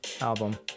album